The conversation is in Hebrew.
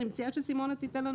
אני מציעה שסימונה תיתן לנו נתונים.